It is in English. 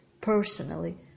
personally